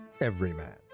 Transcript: everyman